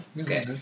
Okay